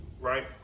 Right